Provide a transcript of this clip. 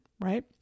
right